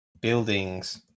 buildings